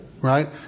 right